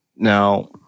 Now